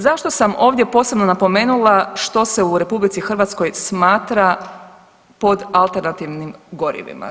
Zašto sam ovdje posebno napomenula što se u RH smatra pod alternativnim gorivima?